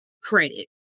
credit